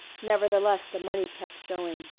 nevertheless, the money kept going.